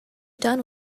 done